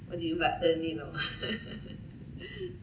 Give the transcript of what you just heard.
what do you like earn~